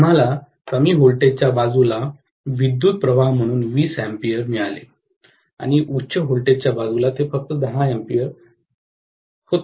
आम्हाला कमी व्होल्टेजच्या बाजूला विद्युतप्रवाह म्हणून 20 A मिळाले आणि उच्च व्होल्टेजच्या बाजूला ते फक्त 10 A होते